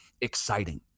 exciting